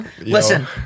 Listen